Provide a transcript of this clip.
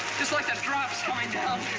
just like the drops coming down.